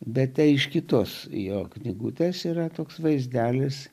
bet iš kitos jo knygutes yra toks vaizdelis